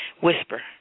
Whisper